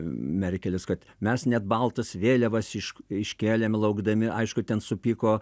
merkelis kad mes net baltas vėliavas iš iškėlėme laukdami aišku ten supyko